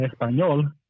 español